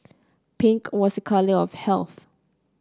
pink was a colour of health